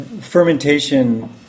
Fermentation